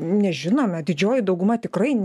nežinome didžioji dauguma tikrai